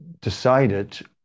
decided